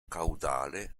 caudale